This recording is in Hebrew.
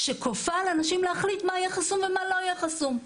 שכופה על אנשים להחליט מה יהיה חסום ומה לא יהיה חסום?